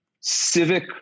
civic